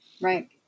Right